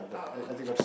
uh